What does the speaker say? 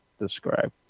describe